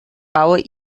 baue